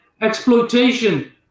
exploitation